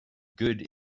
good